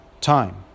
time